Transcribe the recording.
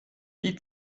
die